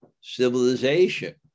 civilization